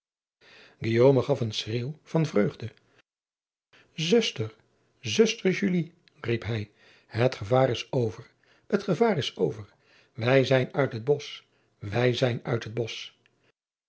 gaf een schreeuw van vreugde uster zuster riep hij het gevaar is over het gevaar is over wij zijn uit het bosch wij zijn uit het bosch